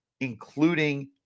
including